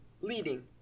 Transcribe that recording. Leading